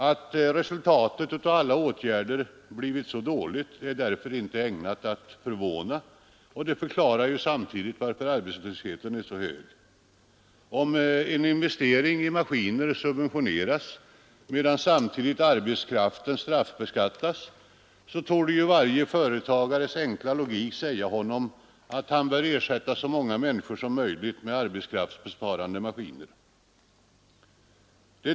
Att resultatet av alla åtgärder blivit så dåligt är därför inte ägnat att förvåna och förklarar samtidigt, varför arbetslösheten är så hög. Om en investering i maskiner subventioneras medan samtidigt arbetskraften straffbeskattas, torde varje företagares enkla logik säga honom att han bör ersätta så många människor som möjligt med arbetskraftsbesparande maskiner.